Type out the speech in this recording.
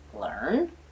learn